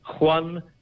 Juan